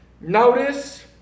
notice